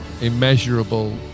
immeasurable